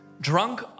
Drunk